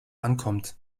ankommt